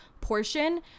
portion